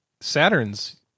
Saturn's